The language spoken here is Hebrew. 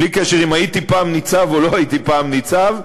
בלי קשר אם הייתי פעם ניצב או לא הייתי פעם ניצב.